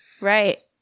right